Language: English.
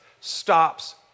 stops